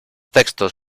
textos